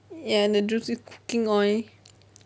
yeah the juice is cooking oil